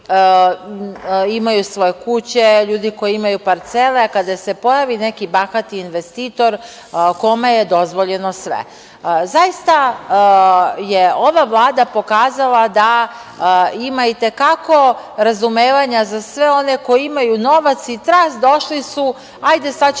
imaju svoje kuće, imaju parcele, a kada se pojavi neki bahati investitor kome je dozvoljeno sve. Zaista je ova Vlada pokazala da ima i te kako razumevanja za sve one koji imaju novac i tras došli su – hajde sad ćemo